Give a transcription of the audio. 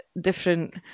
different